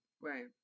Right